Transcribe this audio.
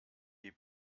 die